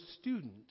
student